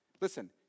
Listen